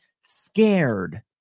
scared